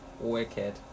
Wicked